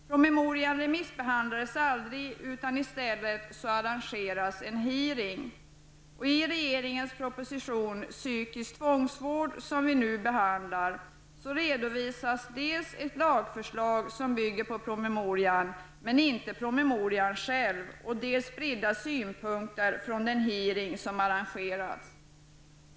Promemorian remissbehandlades aldrig, utan det arrangerades i stället en utfrågning. I regeringens proposition psykiatrisk tvångsvård, som vi nu behandlar, redovisas ett lagförslag som bygger på promemorian -- men inte själva promemorian -- och de spridda synpunkter från den utfrågning som hölls.